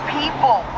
people